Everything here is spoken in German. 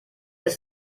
ist